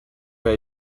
were